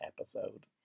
episode